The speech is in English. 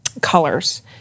colors